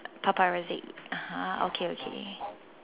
paparazzi (uh huh) okay okay